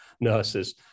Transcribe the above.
nurses